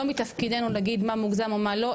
לא מתפקידנו להגיד מה מוגזם ומה לא,